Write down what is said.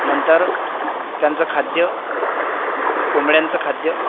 नंतर त्यांचं खाद्य कोंबड्यांचं खाद्य